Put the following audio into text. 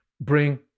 bring